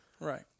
Right